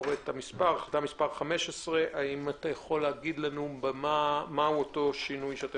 החלטה מספר 15. אנא הסבר בדיוק מהו אותו שינוי שאתם